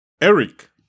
Eric